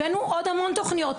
הבאנו עוד המון תוכניות,